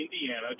indiana